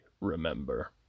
remember